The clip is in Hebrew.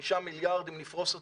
אם נפרוס אותם,